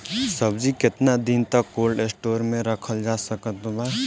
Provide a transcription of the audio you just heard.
सब्जी केतना दिन तक कोल्ड स्टोर मे रखल जा सकत बा?